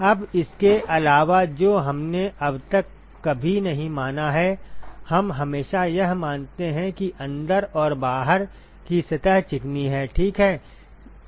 अब इसके अलावा जो हमने अब तक कभी नहीं माना है हम हमेशा यह मानते हैं कि अंदर और बाहर की सतह चिकनी हैं ठीक है